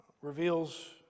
reveals